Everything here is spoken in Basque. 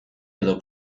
edo